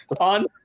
on